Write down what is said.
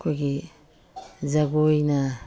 ꯑꯩꯈꯣꯏꯒꯤ ꯖꯒꯣꯏꯅ